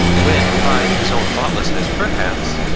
when by his own thoughtlessness, perhaps,